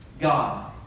God